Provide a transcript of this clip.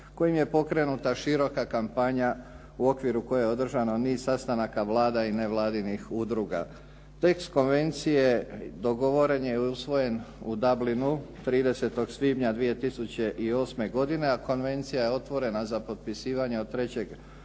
kojim je pokrenuta široka kampanja u okviru koje je održano niz sastanaka vlada i nevladinih udruga. Tekst Konvencije dogovoren je i usvojen u Dublinu 30. svibnja 2008. godine, a Konvencija je otvorena za potpisivanje od 3. prosinca